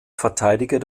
verteidiger